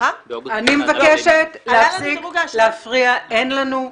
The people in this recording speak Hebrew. אני מבקשת להפסיק להפריע, אין לנו זמן.